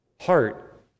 heart